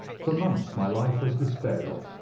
for months my life was despaired of,